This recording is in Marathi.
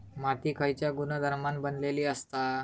माती खयच्या गुणधर्मान बनलेली असता?